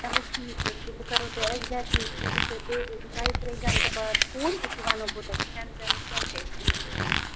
چلو ٹھیٖک حظ چھِ بہٕ کَرَو تۄہہِ ایٚکزیٹلی ییٚکیٛاہ بیٚیہِ دۄیہِ ترٛیٚیہِ گَنٛٹہٕ بعد فون أتی وَنَو بہٕ تۄیہِ کھٮ۪ن چٮ۪نُک کیٛاہ چھِ اَسہِ انتظام